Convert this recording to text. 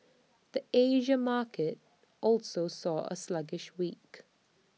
the Asia market also saw A sluggish week